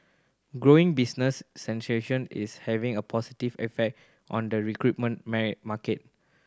growing business is having a positive effect on the recruitment marry market